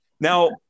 Now